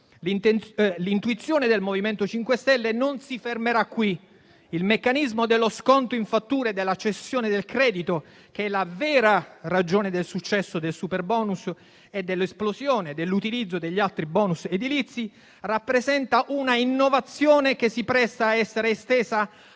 L'intuizione del MoVimento 5 Stelle non si fermerà qui; il meccanismo dello sconto in fattura e della cessione del credito, vera ragione del successo del superbonus e dell'esplosione dell'utilizzo degli altri bonus edilizi, rappresenta una innovazione che si presta a essere estesa